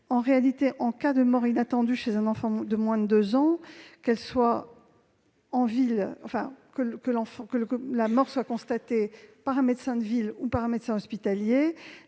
En réalité, en cas de mort inattendue d'un enfant de moins de deux ans, que le décès soit constaté par un médecin de ville ou un médecin hospitalier,